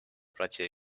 platsile